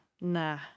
Nah